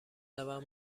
روند